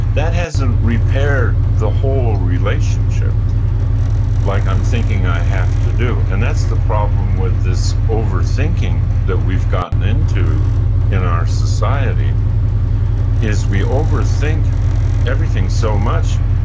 that hasn't repaired the whole relationship like i'm thinking i have to do, and that's the problem with this overthinking that we've gotten into in our society is we overthink everything so much,